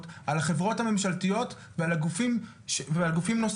על החברות הממשלתיות ועל גופים נוספים.